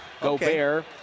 Gobert